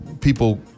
people